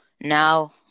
now